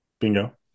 Bingo